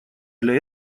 для